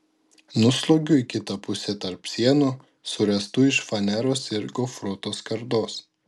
nusliuogiu į kitą pusę tarp sienų suręstų iš faneros ir gofruotos skardos